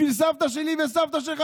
בשביל סבתא שלי וסבתא שלך,